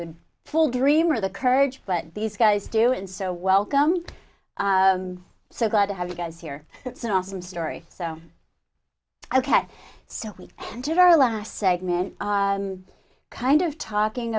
the full dream or the courage but these guys do and so welcome so glad to have you guys here it's an awesome story so ok so we did our last segment kind of talking